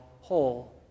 whole